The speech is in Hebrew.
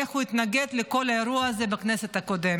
איך הוא התנגד לכל האירוע הזה בכנסת הקודמת.